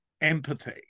empathy